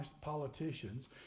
politicians